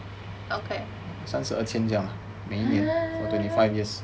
okay !huh!